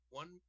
one